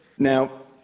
now,